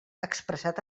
expressat